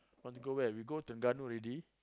want to go where we go Terengganu already